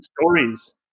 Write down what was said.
stories